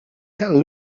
tell